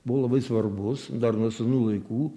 buvo labai svarbus dar nuo senų laikų